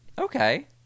Okay